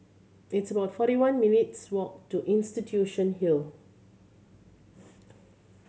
it's about forty one minutes' walk to Institution Hill